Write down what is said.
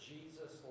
Jesus